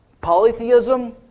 Polytheism